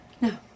No